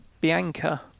Bianca